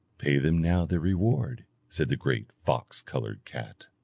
pay them now their reward said the great fox-coloured cat.